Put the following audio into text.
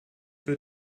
wird